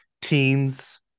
teens